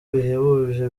bihebuje